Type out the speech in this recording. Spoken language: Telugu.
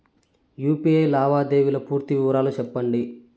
యు.పి.ఐ లావాదేవీల పూర్తి వివరాలు సెప్పండి?